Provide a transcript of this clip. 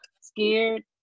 scared